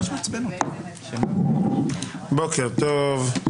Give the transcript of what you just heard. בוקר טוב,